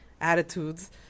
attitudes